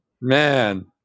Man